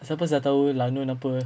sebab saya tahu lanun apa